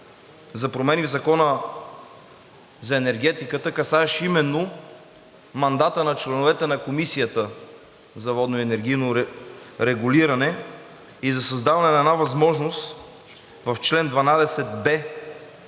за промени в Закона за енергетиката, касаещ именно мандата на членовете на Комисията за енергийно и водно регулиране и за създаване на една възможност в чл. 12б,